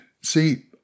see